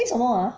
为什么 ah